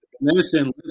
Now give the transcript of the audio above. Listen